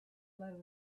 let